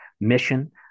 mission